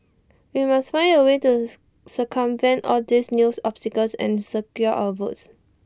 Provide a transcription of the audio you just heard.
we must find A way to circumvent all these news obstacles and secure our votes